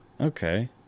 Okay